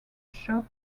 shop